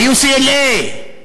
ב-UCLA,